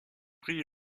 pris